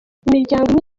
imiryango